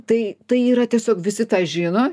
tai tai yra tiesiog visi tą žino